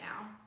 now